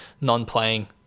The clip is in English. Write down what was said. non-playing